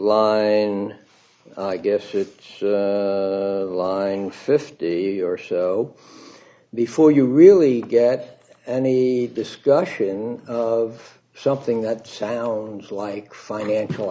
line i guess just lining fifty or so before you really get any discussion of something that sounds like financial